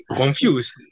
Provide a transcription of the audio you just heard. confused